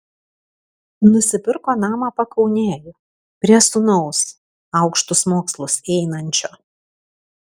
nusipirko namą pakaunėj prie sūnaus aukštus mokslus einančio